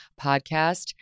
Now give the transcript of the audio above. podcast